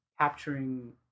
capturing